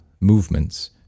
movements